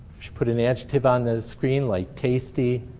she put an adjective on the screen like tasty,